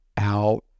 out